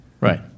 Right